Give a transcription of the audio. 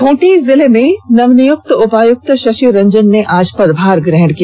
खूंटी जिले में नवनियुक्त उपायुक्त शशि रंजन ने आज पदभार ग्रहण किया